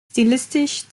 stilistisch